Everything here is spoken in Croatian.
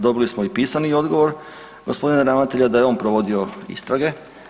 Dobili smo i pisani odgovor gospodina ravnatelja da je on provodio istrage.